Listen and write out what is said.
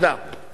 תודה.